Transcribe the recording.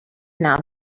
now